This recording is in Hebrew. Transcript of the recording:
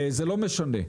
זה לא משנה.